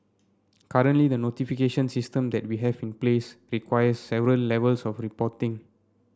currently the notification system that we have in place requires several levels of reporting